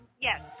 Yes